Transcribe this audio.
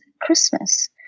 Christmas